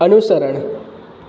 અનુસરણ